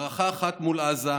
מערכה אחת מול עזה,